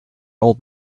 old